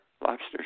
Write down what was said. lobsters